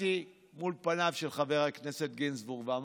צחקתי מול פניו של חבר הכנסת גינזבורג ואמרתי: